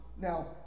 Now